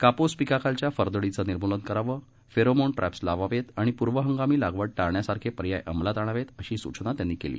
काप्स पिकाखालच्या फरदडीचं निर्म्लन करावं फेरोमोन ट्रॅप्स लावावेत आणि पूर्वहंगामी लागवड टाळण्यासारखे पर्याय अंमलात आणावेत अशी सूचना त्यांनी केली